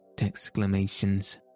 exclamations